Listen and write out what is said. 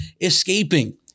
escaping